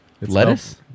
Lettuce